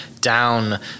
down